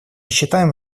считаем